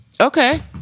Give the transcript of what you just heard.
Okay